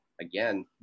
again